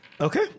Okay